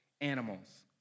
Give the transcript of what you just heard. animals